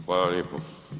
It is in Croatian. Hvala lijepo.